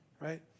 right